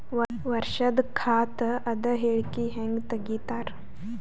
ವರ್ಷದ ಖಾತ ಅದ ಹೇಳಿಕಿ ಹೆಂಗ ತೆಗಿತಾರ?